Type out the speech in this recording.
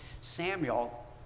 Samuel